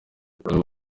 bamwe